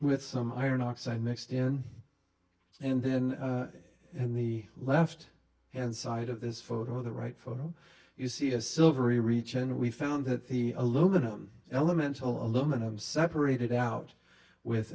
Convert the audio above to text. with some iron oxide mixed in and then in the left hand side of this photo of the right photo you see a silvery reach and we found that the aluminum elemental aluminum separated out with